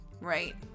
Right